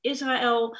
Israël